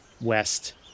west